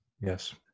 Yes